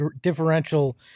differential